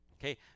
Okay